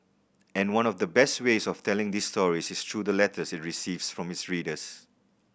and one of the best ways of telling these stories is through the letters it receives from its readers